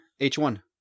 H1